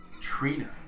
Trina